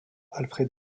alfred